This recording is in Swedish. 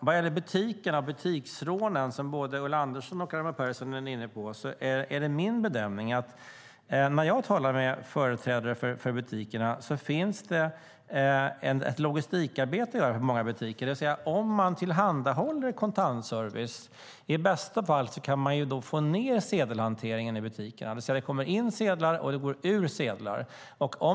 Vad gäller butikerna och butiksrånen, som både Ulla Andersson och Raimo Pärssinen var inne på, har jag talat med företrädare för butikerna, och det finns ett logistikarbete att göra för många butiksägare. Om man tillhandahåller kontantservice kan man i bästa fall minska sedelhanteringen i butikerna, det vill säga att sedlar kommer in och sedlar går ut.